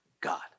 God